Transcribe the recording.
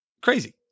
crazy